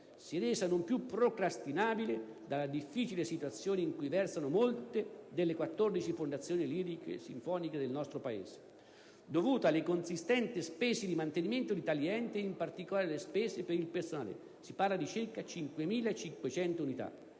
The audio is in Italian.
si è resa non più procrastinabile dalla difficile situazione in cui versano molte delle 14 fondazioni lirico-sinfoniche del nostro Paese, dovuta alle consistenti spese di mantenimento di tali enti ed in particolare alle spese per il personale (circa 5.500 unità)